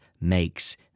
makes